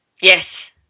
Yes